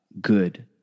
good